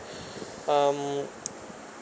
um